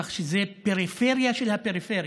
כך שזו פריפריה של הפריפריה,